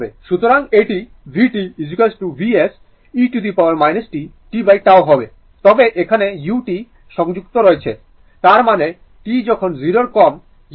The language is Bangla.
সুতরাং এটি vt Vs e t tτ হবে তবে এখানে u সংযুক্ত রয়েছে তার মানেt যখন 0 এর কম u হবে 0